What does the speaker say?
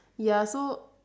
ya so